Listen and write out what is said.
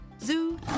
Zoo